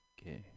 Okay